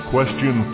Question